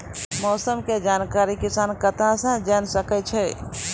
मौसम के जानकारी किसान कता सं जेन सके छै?